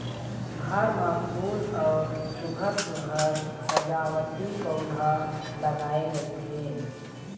घर म फूल अउ सुग्घर सुघ्घर सजावटी पउधा लगाए रहिथे